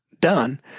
done